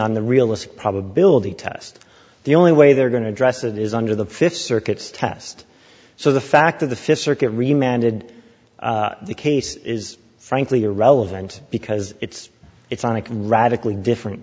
on the realistic probability test the only way they're going to address it is under the fifth circuit test so the fact of the fifth circuit reminded the case is frankly irrelevant because it's it's on a radically different